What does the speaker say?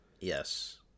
Yes